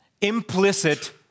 implicit